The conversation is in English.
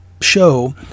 show